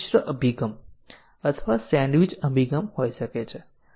હવે અન્ય વેરિયેબલ પણ છે